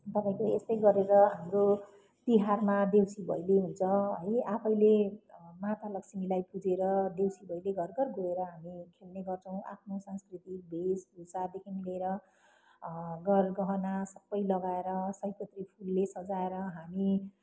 तपाईँको यस्तै गरेर हाम्रो तिहारमा देउसी भैलो हुन्छ है आफैले माता लक्ष्मीलाई पुजेर देउसी भैलो घर घर गएर हामी खेल्ने गर्छौँ आफ्नो संस्कृति भेषभूषादेखि लिएर गर गहना सबै लगाएर सयपत्री फुलले सजाएर हामी